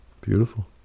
Beautiful